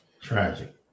tragic